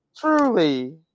Truly